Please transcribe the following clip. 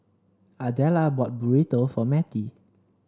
Ardella bought Burrito for Matie